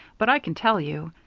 but i can tell you.